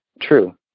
true